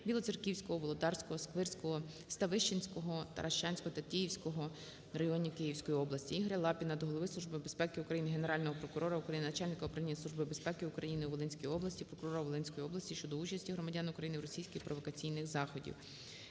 Білоцерківського, Володарського, Сквирського, Ставищенського, Таращанського, Тетіївського районів Київської області. Ігоря Лапіна до Голови Служби безпеки України, Генерального прокурора України, Начальника Управління Служби безпеки України у Волинській області, прокурора Волинської області щодо участі громадян України в російських провокаційних заходах.